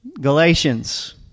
Galatians